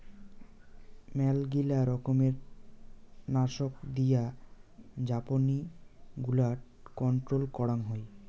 মেলগিলা রকমের নাশক দিয়া ঝাপনি গুলাট কন্ট্রোল করাং হই